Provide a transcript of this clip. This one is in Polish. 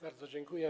Bardzo dziękuję.